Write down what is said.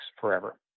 forever